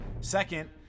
Second